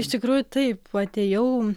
iš tikrųjų taip atėjau